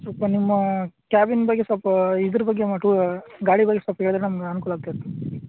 ಸ್ವಲ್ಪ ನಿಮ್ಮ ಕ್ಯಾಬಿನ್ ಬಗ್ಗೆ ಸ್ವಲ್ಪ ಇದ್ರ ಬಗ್ಗೆ ಗಾಡಿ ಬಗ್ಗೆ ಸ್ವಲ್ಪ ಹೇಳಿರ್ ನಮ್ಗೆ ಅನ್ಕೂಲ ಆಗ್ತಿತ್ತು